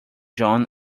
john